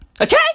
Okay